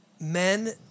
men